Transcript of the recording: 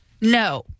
No